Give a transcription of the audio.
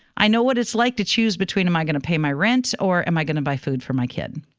i know what it's like to choose between am i going to pay my rent or am i going to buy food for my kid?